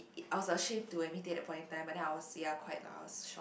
I was ashamed to admit it at that point of time but then I was ya quite lah I was shocked